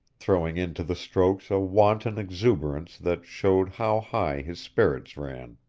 throwing into the strokes a wanton exuberance that showed how high his spirits ran.